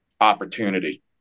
opportunity